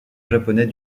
japonais